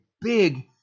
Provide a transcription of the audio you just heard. big